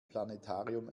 planetarium